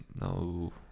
no